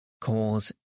cause